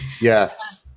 Yes